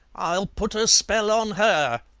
i'll put a spell on her.